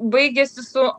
baigiasi su